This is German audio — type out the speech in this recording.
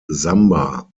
samba